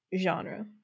genre